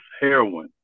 heroin